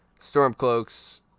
Stormcloaks